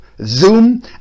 zoom